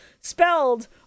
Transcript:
Spelled